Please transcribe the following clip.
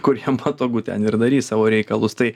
kur jam patogu ten ir darys savo reikalus tai